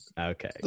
Okay